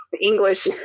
English